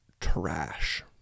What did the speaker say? trash